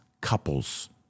couples